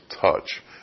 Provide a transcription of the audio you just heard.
touch